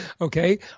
okay